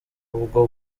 ubwo